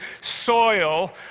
soil